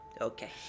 Okay